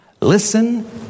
Listen